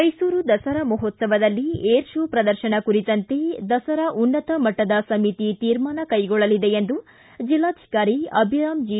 ಮ್ಲೆಸೂರು ದಸರಾ ಮಹೋತ್ಪವದಲ್ಲಿ air show ಪ್ರದರ್ಶನ ಕುರಿತಂತೆ ದಸರಾ ಉನ್ನತ ಸಮಿತಿ ಶೀರ್ಮಾನ ಕ್ರೆಗೊಳ್ಳಲಿದೆ ಎಂದು ಜಿಲ್ಲಾಧಿಕಾರಿ ಅಭಿರಾಮ್ ಜಿ